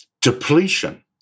depletion